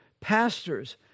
pastors